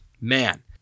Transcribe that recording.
Man